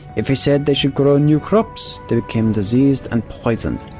if he said they should grow new crops, they became diseased and poisoned,